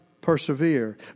persevere